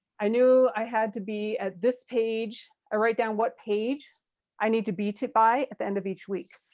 i knew i had to be at this page. i write down what page i need to be to by the end of each week.